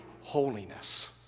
holiness